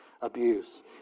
abuse